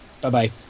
Bye-bye